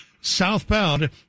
Southbound